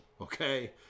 okay